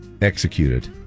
executed